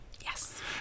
Yes